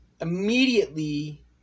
immediately